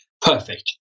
Perfect